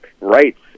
rights